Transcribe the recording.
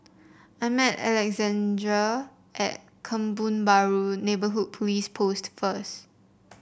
I'm meet Alexandre at Kebun Baru Neighbourhood Police Post first